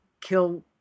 kill